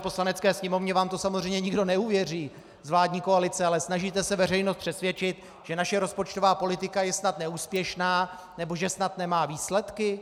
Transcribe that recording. Poslanecké sněmovně vám to samozřejmě nikdo neuvěří z vládní koalice, ale snažíte se veřejnost přesvědčit, že naše rozpočtová politika je snad neúspěšná, nebo že snad nemá výsledky?